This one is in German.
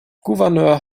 gouverneur